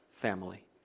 family